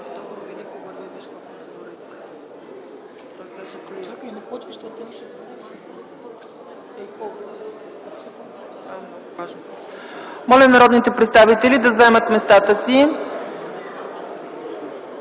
Моля, народните представители да заемат местата си.